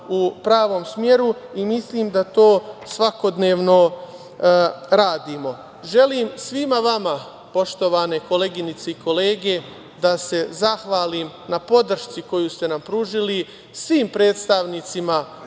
u pravom smeru i mislim da to svakodnevno radimo. Želim svima vama, poštovane koleginice i kolege, da se zahvalim na podršci koju ste nam pružili, svim predstavnicima